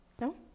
No